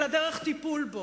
אלא דרך טיפול בו.